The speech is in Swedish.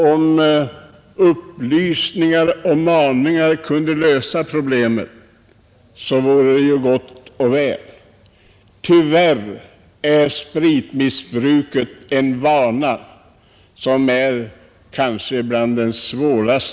Om upplysningar och maningar kunde lösa dessa problem vore uppgiften mycket lättare, men tyvärr tillhör spritmissbruket de vanor som är svårast att bemästra.